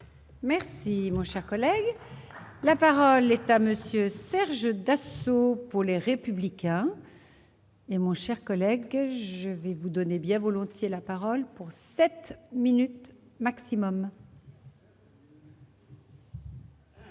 Merci mon cher collègue, la parole est à monsieur Serge Dassault pour les républicains, mais mon cher collègue, je vais vous donner bien volontiers la parole pour 7 minutes maximum.